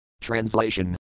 Translation